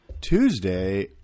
Tuesday